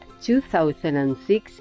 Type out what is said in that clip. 2006